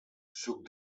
suc